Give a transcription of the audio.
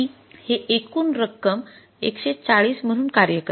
हे एकूण रक्कम १४० म्हणून कार्य करते